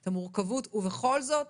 אני מבינה את המורכבות ובכל זאת,